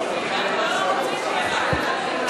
אנחנו גם לא רוצים ברירה.